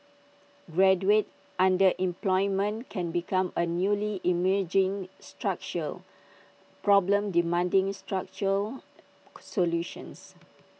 graduate underemployment can become A newly emerging structural problem demanding structural solutions